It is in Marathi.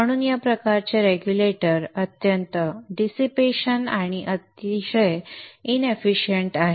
म्हणून या प्रकारचे रेग्युलेटर अत्यंत डिसिपेशन आणि अतिशय इनएफिशियंट आहेत